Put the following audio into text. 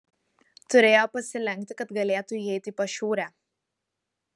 turėjo pasilenkti kad galėtų įeiti į pašiūrę